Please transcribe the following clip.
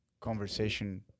conversation